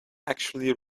actually